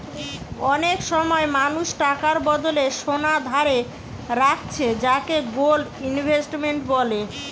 অনেক সময় মানুষ টাকার বদলে সোনা ধারে রাখছে যাকে গোল্ড ইনভেস্টমেন্ট বলে